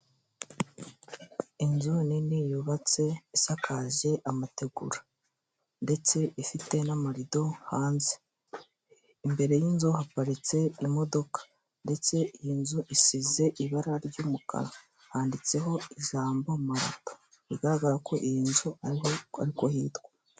Inzu nini yubatse isakaje amategura, ndetse ifite n'amarido hanze. Imbere y'inzu haparitse imodoka ndetse iyi nzu isize ibara ry'umukara handitseho ijambo marato bigaragara ko iyi nzu ariko hitwa.